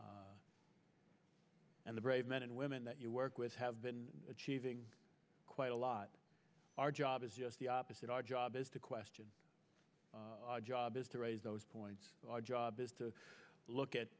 and the brave men and women that you work with have been achieving quite a lot our job is just the opposite our job is to question job is to raise those points our job is to look at